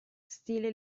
stile